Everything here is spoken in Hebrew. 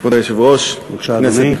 כבוד היושב-ראש, בבקשה, אדוני.